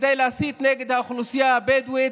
כדי להסית נגד האוכלוסייה הבדואית,